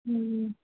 सही है